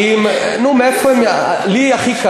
נו, מאיפה, לי הכי קל.